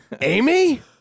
Amy